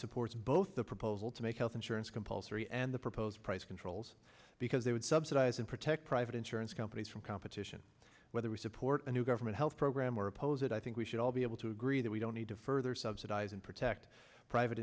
supports both the proposal to make health insurance compulsory and the proposed price controls because they would subsidize and protect private insurance companies from competition whether we support a new government health program or oppose it i think we should all be able to agree that we don't need to further subsidize and protect private